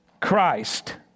Christ